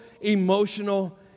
emotional